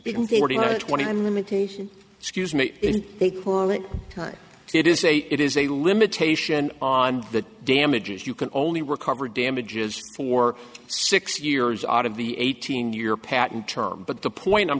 limitation excuse me it is a it is a limitation on the damages you can only recover damages for six years out of the eighteen year patent term but the point i'm